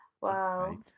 Wow